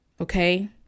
okay